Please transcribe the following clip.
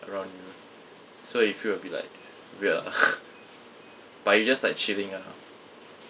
around you so you feel a bit like weird ah but you just like chilling ah